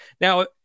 Now